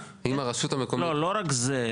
לא, לא רק זה.